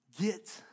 Get